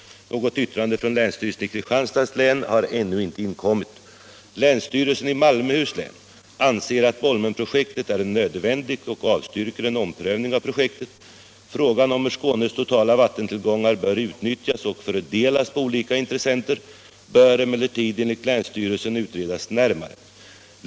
Något yttrande från länsstyrelsen i Kristianstads län har ännu inte kommit in. Länsstyrelsen i Malmöhus län anser att Bolmenprojektet är nödvändigt och avstyrker en omprövning av projektet. Frågan om hur Skånes totala vattentillgångar bör utnyttjas och fördelas på olika intressenter bör emellertid enligt länsstyrelsen utredas närmare.